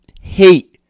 hate